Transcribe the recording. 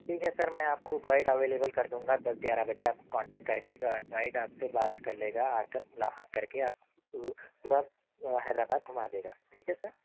ٹھیک ہے سر میں آپ کو گائڈ اویلیبل کر دونگا دس گیارہ بجے آپ کانٹیکٹ کرکے گائڈ آپ سے بات کر لےگا آکر ملاقات کر کے آپ کو پورا حیدرآباد گھما دےگا ٹھیک ہے سر